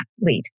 lead